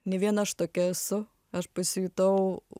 ne viena aš tokia esu aš pasijutau